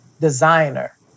designer